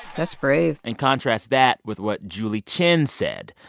that's brave and contrast that with what julie chen said.